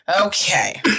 Okay